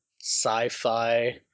sci-fi